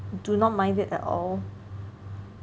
do not mind it at all